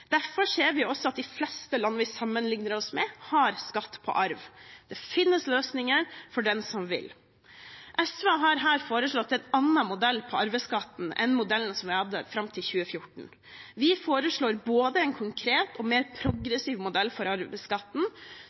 Derfor ser vi også at de fleste land vi sammenligner oss med, har skatt på arv. Det finnes løsninger for den som vil. SV har her foreslått en annen modell for arveskatten enn modellen vi hadde fram til 2014. Vi foreslår en konkret og mer progressiv modell for